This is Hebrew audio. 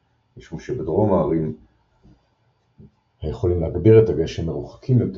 משום שבדרום ההרים היכולים להגביר את הגשם מרוחקים יותר,